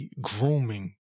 grooming